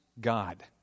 God